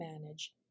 manage